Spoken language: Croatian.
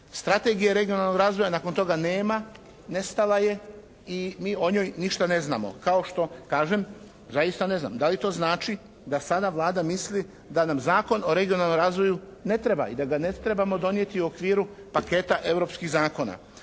Strategija regionalnog razvoja, nakon toga nema, nestala je i mi o njoj ništa ne znamo, kao što kažem zaista ne znam, da li to znači da sada Vlada misli da nam Zakon o regionalnom razvoju ne treba i da ga ne trebamo donijeti u okviru paketa europskih zakona.